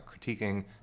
critiquing